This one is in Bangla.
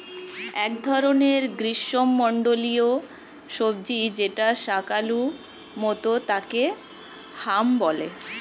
এক ধরনের গ্রীষ্মমন্ডলীয় সবজি যেটা শাকালু মতো তাকে হাম বলে